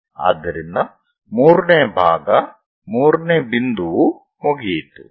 ಆದ್ದರಿಂದ 3 ನೇ ಭಾಗ3 ನೇ ಬಿಂದುವು ಮುಗಿಯಿತು